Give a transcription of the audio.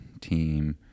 team